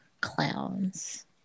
clowns